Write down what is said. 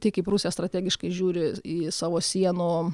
tai kaip rusija strategiškai žiūri į savo sienų